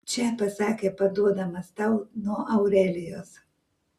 čia pasakė paduodamas tau nuo aurelijos